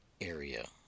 area